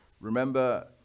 Remember